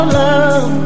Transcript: love